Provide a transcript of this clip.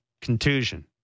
contusion